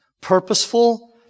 purposeful